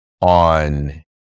on